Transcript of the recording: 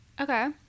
okay